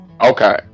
Okay